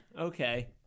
Okay